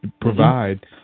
provide